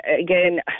again